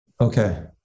Okay